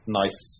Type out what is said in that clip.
nice